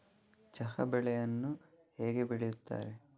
ಚಹಾ ಬೆಳೆಯನ್ನು ಹೇಗೆ ಬೆಳೆಯುತ್ತಾರೆ?